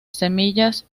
semillas